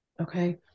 Okay